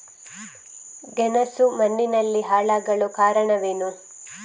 ಗೆಣಸು ಮಣ್ಣಿನಲ್ಲಿ ಹಾಳಾಗಲು ಕಾರಣವೇನು?